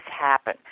happen